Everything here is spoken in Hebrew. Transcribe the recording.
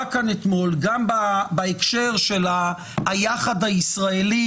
כאן אתמול גם בהקשר של היחד הישראלי